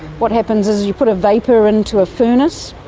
what happens is you put a vapour into a furnace,